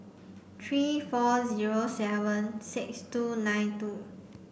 three four zero seven six two nine two